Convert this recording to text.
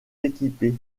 équipées